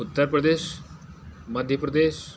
Uttar Pradesh Madhya Pradesh